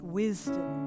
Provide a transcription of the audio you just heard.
wisdom